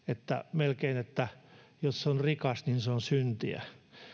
melkein että jos on rikas niin se on syntiä